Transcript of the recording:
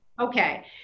Okay